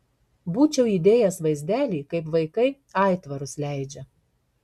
būčiau įdėjęs vaizdelį kaip vaikai aitvarus leidžia